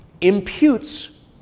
imputes